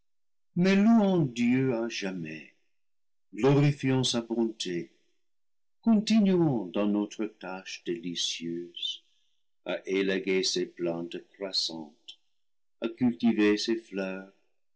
mais louons dieu à jamais glorifions sa bonté continuons dans notre lâche délicieuse à élaguer ces plantes croissantes à cultiver ces fleurs